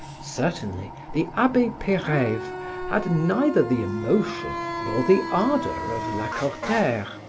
certainly the abbe peyreyve had neither the emotion nor the ardor of lacordaire.